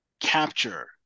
capture